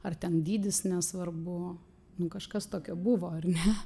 ar ten dydis nesvarbu nu kažkas tokio buvo ar ne